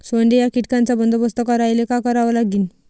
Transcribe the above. सोंडे या कीटकांचा बंदोबस्त करायले का करावं लागीन?